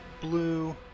Blue